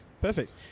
Perfect